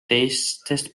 teistest